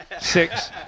Six